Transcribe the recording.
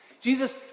Jesus